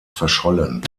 verschollen